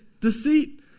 deceit